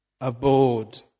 abode